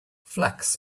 flax